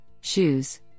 shoes